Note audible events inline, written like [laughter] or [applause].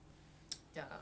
[laughs]